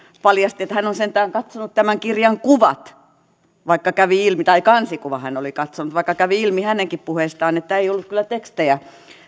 paljasti että hän on sentään katsonut tämän kirjan kuvat tai kansikuvan hän oli katsonut vaikka kävi ilmi hänenkin puheistaan että ei ollut kyllä tekstejä